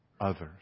others